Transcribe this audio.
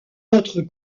autre